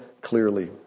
clearly